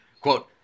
quote